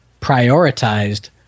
prioritized